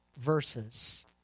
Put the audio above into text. verses